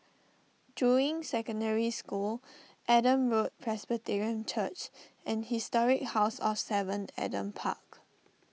Juying Secondary School Adam Road Presbyterian Church and Historic House of Seven Adam Park